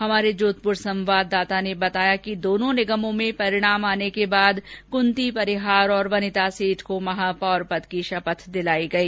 हमारे जोधपुर संवादददाता ने बताया कि दोनों निगमों में परिणाम आने के बाद कुंती पहीहार और वनिता सेठ को महापौर पद की शपथ दिलाई गई